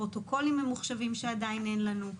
פרוטוקולים ממוחשבים שעדיין אין לנו,